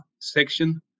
section